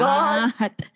God